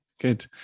good